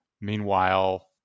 meanwhile